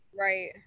Right